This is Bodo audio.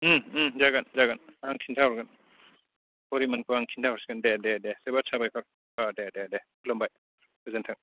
जागोन जागोन आं खिन्थाहरगोन परिमानखो आं खिन्थाहरसिगोन दे दे दे जोबोद साबायखर अ दे दे दे खुलुमबाय गोजोन्थों